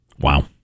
Wow